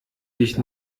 dich